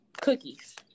Cookies